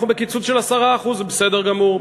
אנחנו בקיצוץ של 10%. זה בסדר גמור,